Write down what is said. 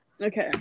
Okay